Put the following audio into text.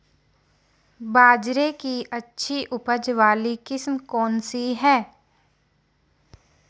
बाजरे की अच्छी उपज वाली किस्म कौनसी है?